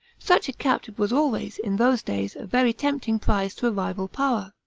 such a captive was always, in those days, a very tempting prize to a rival power.